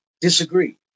disagree